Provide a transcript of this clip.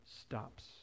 stops